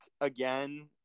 again